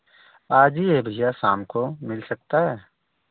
आज ही है भैया शाम को मिल सकता है